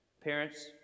Parents